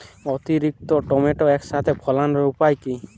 অতিরিক্ত টমেটো একসাথে ফলানোর উপায় কী?